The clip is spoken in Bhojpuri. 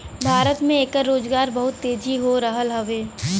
भारत में एकर रोजगार बहुत तेजी हो रहल हउवे